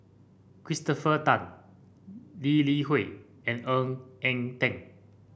Christopher Tan Lee Li Hui and Ng Eng Teng